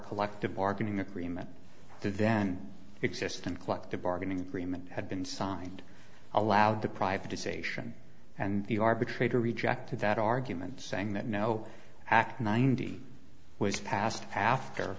collective bargaining agreement to then exist and collective bargaining agreement had been signed allowed to privatisation and the arbitrator rejected that argument saying that no act ninety was passed after